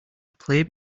play